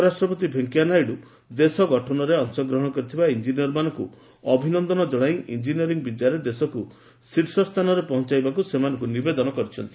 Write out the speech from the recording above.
ଉପରାଷ୍ଟ୍ରପତି ଭେଙ୍କିୟା ନାଇଡୁ ଦେଶ ଗଠନରେ ଅଂଶଗ୍ରହଣ କରିଥିବା ଇଞ୍ଜିନିୟରମାନଙ୍କୁ ଅଭିନନ୍ଦନ କଣାଇ ଇଞ୍ଜିନିୟରିଂ ବିଦ୍ୟାରେ ଦେଶକୁ ଶୀର୍ଷସ୍ଥାନରେ ପହଞ୍ଚାବାକୁ ସେମାନଙ୍କୁ ନିବେଦନ କରିଛନ୍ତି